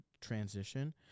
transition